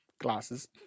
glasses